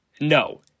No